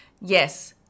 Yes